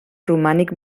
romànic